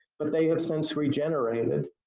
but they have since regenerated.